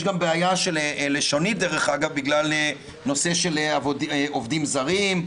יש גם בעיה לשונית בגלל נושא של עובדים זרים,